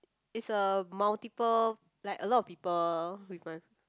is a multiple like a lot of people